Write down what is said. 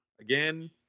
Again